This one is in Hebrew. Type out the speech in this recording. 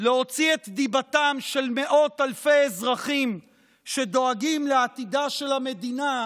של מאות אלפי אזרחים שדואגים לעתידה של המדינה,